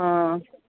ହଁ